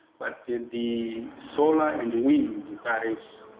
but in the solar and wind tariffs,